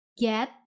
get